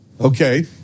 Okay